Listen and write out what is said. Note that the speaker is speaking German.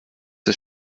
das